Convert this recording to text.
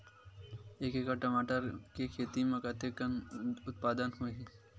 एक एकड़ टमाटर के खेती म कतेकन उत्पादन होही?